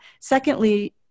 secondly